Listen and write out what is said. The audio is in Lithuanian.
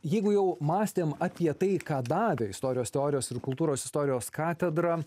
jeigu jau mąstėm apie tai ką davė istorijos teorijos ir kultūros istorijos katedra